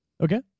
Okay